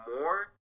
more